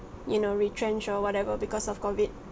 you know retrenched or whatever because of COVID